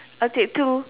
I'll take two